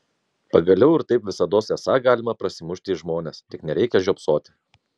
pagaliau ir taip visados esą galima prasimušti į žmones tik nereikią žiopsoti